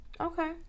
okay